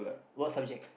what subject